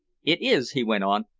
it is, he went on,